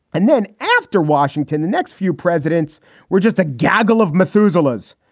and then after washington, the next few presidents were just a gaggle of methuselahs.